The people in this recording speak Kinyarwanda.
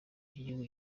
cy’igihugu